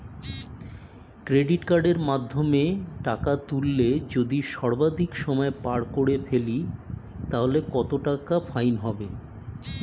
Credit কার্ডের মাধ্যমে টাকা তুললে যদি সর্বাধিক সময় পার করে ফেলি তাহলে কত টাকা ফাইন হবে?